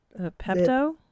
Pepto